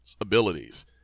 abilities